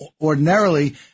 ordinarily